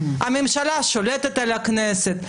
הממשלה שולטת על הכנסת,